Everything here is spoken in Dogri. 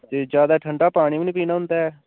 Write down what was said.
ते ज्यादा ठंडा पानी बी नि पीन होंदा ऐ